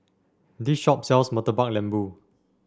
this shop sells Murtabak Lembu